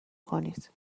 کنید